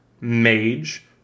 mage